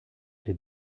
est